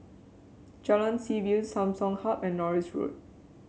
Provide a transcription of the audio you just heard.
Jalan Seaview Samsung Hub and Norris Road